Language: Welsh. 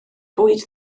bwyd